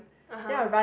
(uh huh)